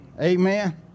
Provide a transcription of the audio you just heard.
Amen